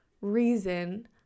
reason